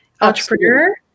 entrepreneur